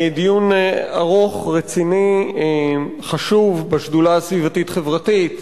דיון ארוך, רציני, חשוב, בשדולה הסביבתית-חברתית.